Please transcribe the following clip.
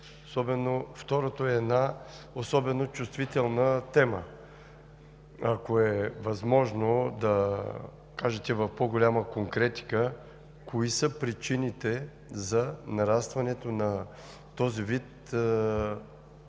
Второто е особено чувствителна тема. Ако е възможно, да кажете в по-голяма конкретика: кои са причините за нарастването на този вид жалби,